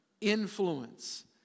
influence